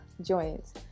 joints